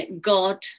God